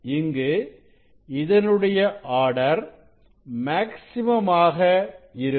இங்கு இதனுடைய order maximum ஆக இருக்கும்